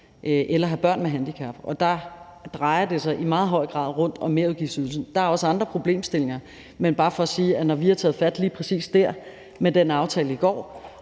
eller have børn med handicap. Der drejer det sig i meget høj grad om merudgiftsydelsen. Der er også andre problemstillinger, men det er bare for at sige, at når vi har taget fat lige præcis der med den aftale i går,